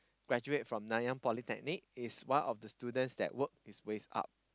graduate from Nanyang polytechnic is one of the student that work his way up